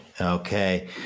Okay